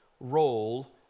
role